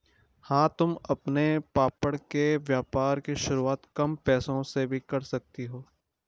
हाँ तुम अपने पापड़ के व्यापार की शुरुआत कम पैसों से भी कर सकती हो